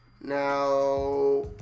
Now